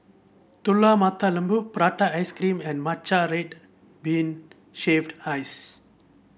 Telur Mata Lembu Prata Ice Cream and Matcha Red Bean Shaved Ice